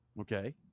Okay